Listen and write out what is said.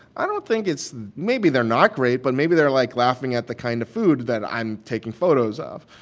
i don't think it's maybe they're not great, but maybe they're like laughing at the kind of food that i'm taking photos of.